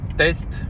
test